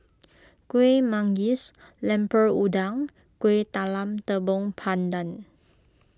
Kueh Manggis Lemper Udang and Kuih Talam Tepong Pandan